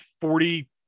forty